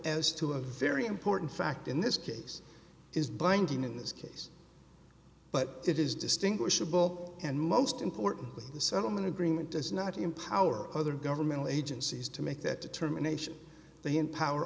as to a very important fact in this case is binding in this case but it is distinguishable and most importantly the settlement agreement does not empower other governmental agencies to make that determination they empower